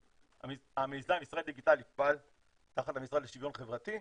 המיזם ישראל דיגיטלית פעל תחת המשרד לשוויון חברתי,